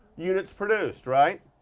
units produced, right?